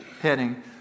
heading